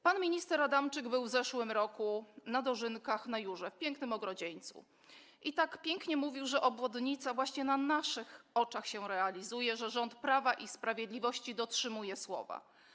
Pan minister Adamczyk był w zeszłym roku na dożynkach na Jurze w pięknym Ogrodzieńcu i tak pięknie mówił, że obwodnica właśnie na naszych oczach się realizuje, że rząd Prawa i Sprawiedliwości dotrzymuje słowa.